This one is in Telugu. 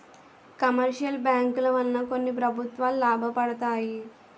కమర్షియల్ బ్యాంకుల వలన కొన్ని ప్రభుత్వాలు లాభపడతాయి